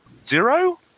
Zero